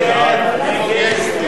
הצעת סיעות